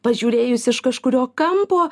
pažiūrėjus iš kažkurio kampo